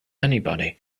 anybody